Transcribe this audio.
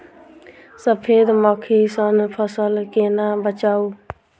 सफेद मक्खी सँ फसल केना बचाऊ?